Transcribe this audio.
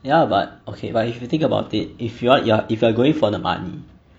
ya but okay but if you think about it if you are you are if you are going for the money